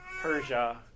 Persia